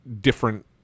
different